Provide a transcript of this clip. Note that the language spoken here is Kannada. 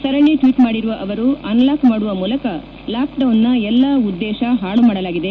ಸರಣಿ ಟ್ನೀಟ್ ಮಾಡಿರುವ ಅವರು ಅನ್ ಲಾಕ್ ಮಾಡುವ ಮೂಲಕ ಲಾಕ್ ಡೌನ್ನ ಎಲ್ಲಾ ಉದ್ದೇತ ಹಾಳು ಮಾಡಲಾಗಿದೆ